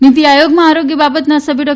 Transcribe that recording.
નીતી આયોગમાં આરોગ્ય બાબતોના સભ્ય ડો